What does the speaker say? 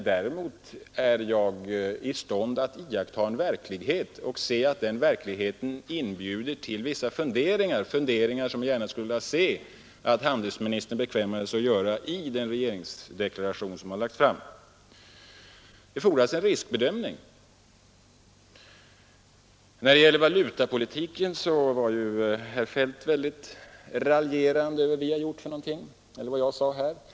Däremot är jag i stånd att iaktta verkligheten och se att den inbjuder till vissa funderingar, som jag gärna skulle se att handelsministern bekvämade sig till att göra i den regeringsdeklaration som har lagts fram. Det fordras en riskbedömning inför de nya handelspolitiska perspektiven. När det gäller valutapolitiken var herr Feldt väldigt raljerande över vad jag hade sagt.